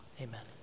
amen